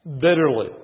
bitterly